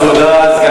תודה.